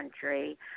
country